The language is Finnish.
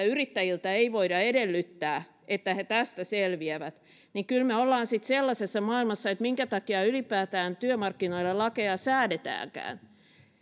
yrittäjiltä ei voida edellyttää että he tästä selviävät niin kyllä me olemme sitten sellaisessa maailmassa että minkä takia ylipäätään työmarkkinoilla lakeja säädetäänkään